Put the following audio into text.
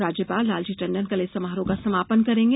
राज्यपाल लालजी टंडन कल इस समारोह का समापन करेंगे